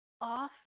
off